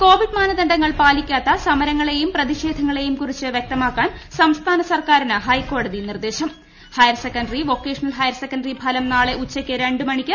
Covid മാനദണ്ഡങ്ങൾ പാലിക്കാത്ത സമരങ്ങളെയും പ്രതിഷേധങ്ങളെയും കുറിച്ച് വൃക്തമാക്കാൻ സംസ്ഥാന സർക്കാരിന് ഹൈക്കോടതി നിർദ്ദേശം ഹയർസെക്കൻറി വൊക്കേഷണൽ ഹയർസെക്കൻറി ഫലം നാളെ ഉച്ചയ്ക്ക് രണ്ട് മണിക്ക്